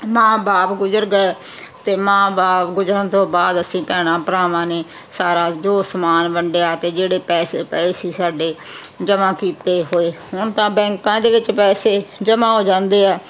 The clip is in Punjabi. ਮਾਂ ਬਾਪ ਗੁਜਰ ਗਏ ਅਤੇ ਮਾਂ ਬਾਪ ਗੁਜਰਨ ਤੋਂ ਬਾਅਦ ਅਸੀਂ ਭੈਣਾਂ ਭਰਾਵਾਂ ਨੇ ਸਾਰਾ ਜੋ ਸਮਾਨ ਵੰਡਿਆ ਅਤੇ ਜਿਹੜੇ ਪੈਸੇ ਪਏ ਸੀ ਸਾਡੇ ਜਮ੍ਹਾਂ ਕੀਤੇ ਹੋਏ ਹੁਣ ਤਾਂ ਬੈਂਕਾਂ ਦੇ ਵਿੱਚ ਪੈਸੇ ਜਮ੍ਹਾਂ ਹੋ ਜਾਂਦੇ ਹੈ